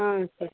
ஆ சரி